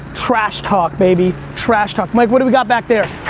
trash talk baby, trash talk. mike, what do we got back there?